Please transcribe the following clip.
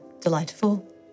delightful